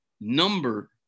number